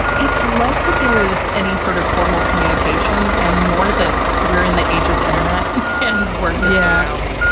it's less that there is any sort of formal communication and more that we're in the age of internet and word yeah around.